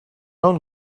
own